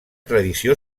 tradició